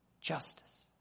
justice